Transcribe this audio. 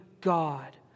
God